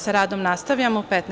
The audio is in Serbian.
Sa radom nastavljamo u 15.